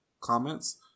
comments